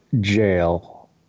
jail